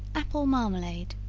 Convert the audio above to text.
apple marmalade.